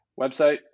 website